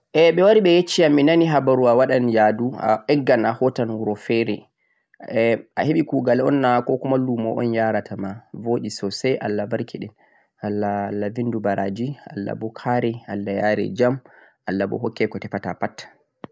ah ɓe wari ɓe yecci yam mi nani habaru a waɗan yaadu, a eggan a hootan wuro feere. Ah, a heɓi kuugal unnah?, 'ko kuma' luumaa un yaratamaa?, booɗi soosay Allah barkiɗin, Allah Allah binndu baraji, Allah boo kare, Allah yaare njam Allah boo hokke ko a tefata pat.